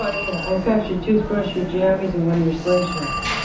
ah yeah. i packed your toothbrush, your jammies and one of your slingshots